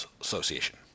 Association